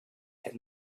had